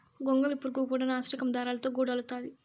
గొంగళి పురుగు కూడా నాసిరకం దారాలతో గూడు అల్లుతాది